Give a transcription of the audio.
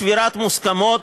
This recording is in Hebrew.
בשבירת מוסכמות,